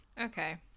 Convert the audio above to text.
Okay